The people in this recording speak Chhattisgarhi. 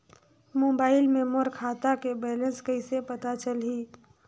मोबाइल मे मोर खाता के बैलेंस कइसे पता चलही?